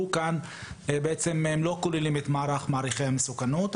עליהם כאן לא כוללים את מערך מעריכי המסוכנות.